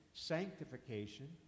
sanctification